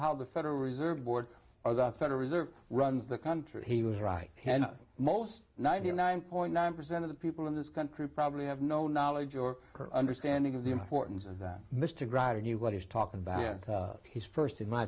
how the federal reserve board or the federal reserve runs the country he was right and most ninety nine point nine percent of the people in this country probably have no knowledge or understanding of the importance of that mr gratton knew what he's talking about his st in my